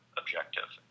objective